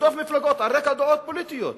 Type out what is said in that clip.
תרדוף מפלגות על רקע דעות פוליטיות.